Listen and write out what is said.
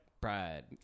Pride